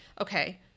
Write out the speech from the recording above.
okay